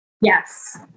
Yes